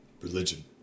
religion